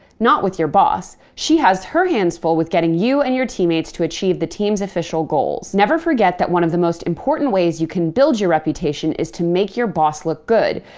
not with your boss she has her hands full with getting you and your teammates to achieve the team's official goals. never forget that one of the most important ways you can build your reputation is to make your boss look good.